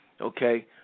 Okay